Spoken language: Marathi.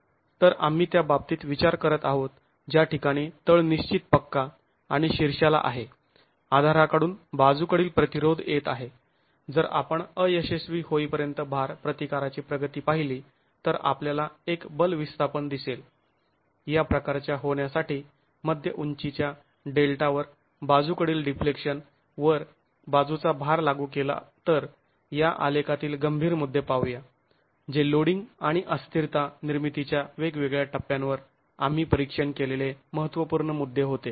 तर आम्ही त्या बाबतीत विचार करत आहोत ज्या ठिकाणी तळ निश्चित पक्का आणि शीर्षाला आहे आधाराकडून बाजूकडील प्रतिरोध येत आहे जर आपण अयशस्वी होईपर्यंत भार प्रतिकाराची प्रगती पाहिली तर आपल्याला एक बल विस्थापन दिसेल या प्रकारच्या होण्यासाठी मध्य उंचीच्या डेल्टावर बाजूकडील डिफ्लेक्शन वर बाजूचा भार लागू केला तर या आलेखातील गंभीर मुद्दे पाहूया जे लोडिंग आणि अस्थिरता निर्मितीच्या वेगवेगळ्या टप्प्यांवर आम्ही परीक्षण केलेले महत्त्वपूर्ण मुद्दे होते